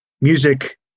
music